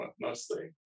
mostly